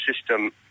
system